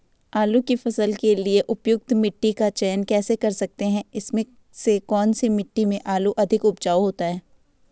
आलू की फसल के लिए उपयुक्त मिट्टी का चयन कैसे कर सकते हैं इसमें से कौन सी मिट्टी में आलू अधिक उपजाऊ होता है?